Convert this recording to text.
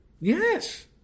Yes